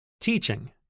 Teaching